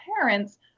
parents